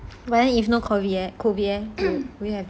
but then if no if no COVID leh would you would you have